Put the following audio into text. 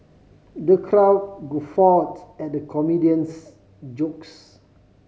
the crowd guffawed at the comedian's jokes